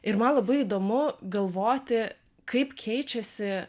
ir man labai įdomu galvoti kaip keičiasi